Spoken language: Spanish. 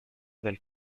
del